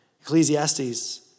Ecclesiastes